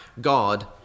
God